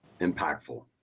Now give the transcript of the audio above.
impactful